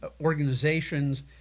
organizations